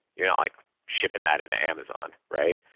you're not like shipping that in amazon, right?